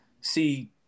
see